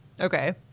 Okay